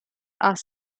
are